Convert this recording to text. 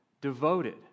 devoted